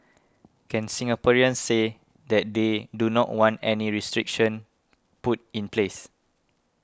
can Singaporeans say that they do not want any restriction put in place